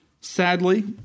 Sadly